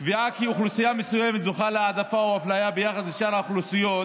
קביעה כי אוכלוסייה מסוימת זוכה להעדפה או אפליה ביחס לשאר האוכלוסיות